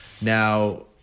now